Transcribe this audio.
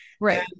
right